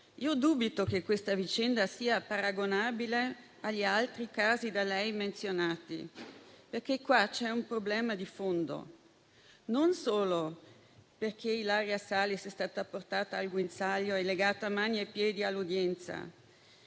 dubito che questa vicenda sia paragonabile agli altri casi da lei menzionati, perché qua c'è un problema di fondo, e non solo perché Ilaria Salis è stata portata al guinzaglio e legata mani e piedi all'udienza